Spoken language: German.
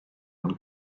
und